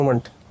moment